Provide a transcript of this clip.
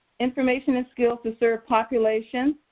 information and skills to serve population,